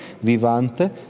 Vivante